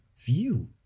view